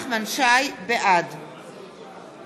בעד